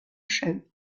show